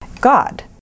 God